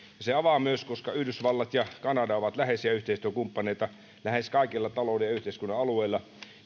ja koska yhdysvallat ja kanada ovat läheisiä yhteistyökumppaneita lähes kaikilla talouden ja yhteiskunnan alueilla